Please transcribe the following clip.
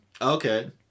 okay